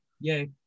Yay